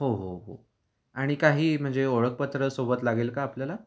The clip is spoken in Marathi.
हो हो हो आणि काही म्हणजे ओळखपत्र सोबत लागेल का आपल्याला